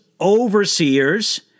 overseers